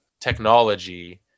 technology